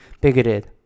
bigoted